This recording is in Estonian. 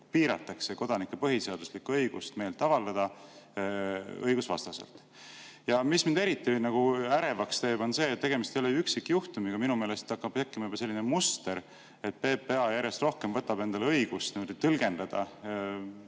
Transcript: piiratakse kodanike põhiseaduslikku õigust meelt avaldada? Ja mis mind eriti ärevaks teeb, on see, et tegemist ei ole üksikjuhtumiga. Minu meelest hakkab tekkima juba selline muster, et PPA järjest rohkem võtab endale õigust tõlgendada